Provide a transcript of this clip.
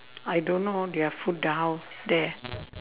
I don't know their food how there